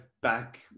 back